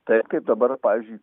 taip kaip dabar pavyzdžiui